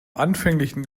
anfänglichen